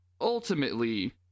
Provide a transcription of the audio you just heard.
ultimately